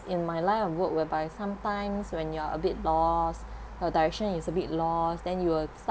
in my line of work whereby sometimes when you're a bit lost the direction is a bit lost then you will